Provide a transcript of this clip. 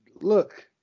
look